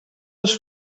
els